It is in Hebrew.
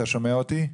אתה שומע אותי?